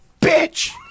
bitch